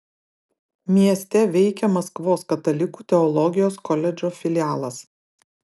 mieste veikia maskvos katalikų teologijos koledžo filialas